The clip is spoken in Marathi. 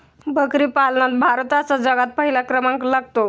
बकरी पालनात भारताचा जगात पहिला क्रमांक लागतो